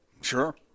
Sure